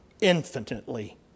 infinitely